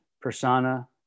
persona